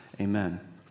amen